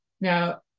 Now